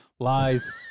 lies